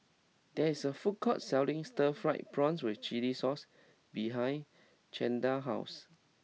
there is a food court selling Stir Fried Prawn with Chili Sauce behind Chantal's house